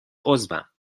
عضوم